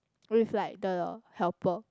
with like the helper